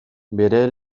bere